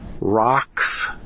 rocks